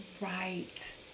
Right